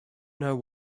know